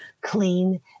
clean